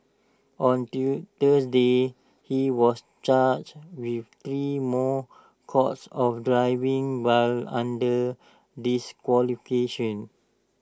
on Thursday he was charged with three more counts of driving while under disqualification